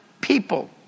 people